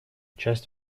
часть